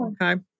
Okay